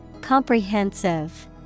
Comprehensive